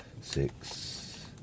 six